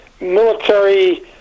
military